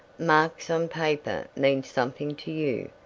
marks on paper mean something to you.